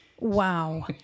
wow